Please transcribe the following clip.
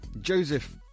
Joseph